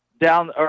down